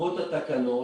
בעקבות התקנות,